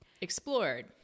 explored